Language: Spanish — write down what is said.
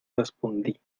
respondí